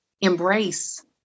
embrace